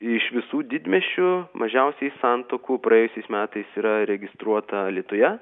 iš visų didmiesčių mažiausiai santuokų praėjusiais metais yra registruota alytuje